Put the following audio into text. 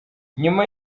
nyuma